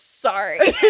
Sorry